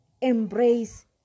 Embrace